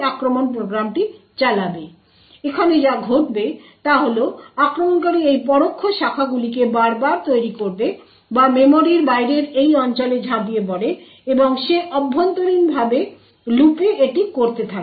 সুতরাং এখানে যা ঘটবে তা হল আক্রমণকারী এই পরোক্ষ শাখাগুলিকে বারবার তৈরি করবে যা মেমরির বাইরের এই অঞ্চলে ঝাঁপিয়ে পড়ে এবং সে অভ্যন্তরীণভাবে লুপে এটি করতে থাকে